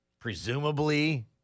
presumably